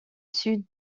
sud